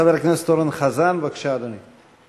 חבר הכנסת אורן חזן, בבקשה, אדוני.